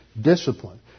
discipline